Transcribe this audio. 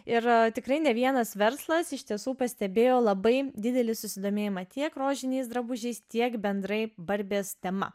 ir tikrai ne vienas verslas iš tiesų pastebėjo labai didelį susidomėjimą tiek rožiniais drabužiais tiek bendrai barbės tema